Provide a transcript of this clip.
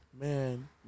Man